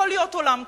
יכול להיות עולם כזה.